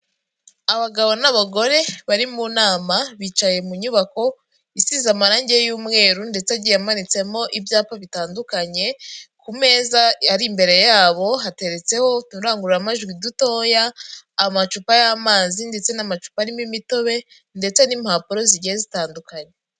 Abagabo n'abagore bari mu nama bicaye mu nyubako isize amarangi y'umweru ndetse agiye amanitsemo ibyapa bitandukanye, ku meza ari imbere yabo hateretseho uturangururamajwi dutoya, amacupa y'amazi ndetse n'amacupa arimo imitobe ndetse n'impapuro zigiye zitandukanye.